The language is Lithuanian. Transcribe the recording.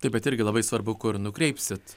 taip bet irgi labai svarbu kur nukreipsit